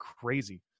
crazy